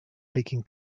taking